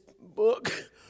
book